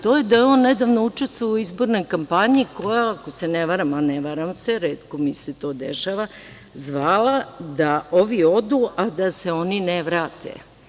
To je da je on nedavno učestvovao u izbornoj kampanji koja, ako se ne varam, a ne varam se, retko mi se to dešava, zvala da ovi odu, a da se oni ne vrate.